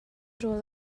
rawl